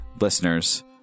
listeners